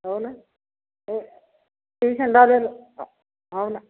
हो नं हो ट्युशनला जर हो होना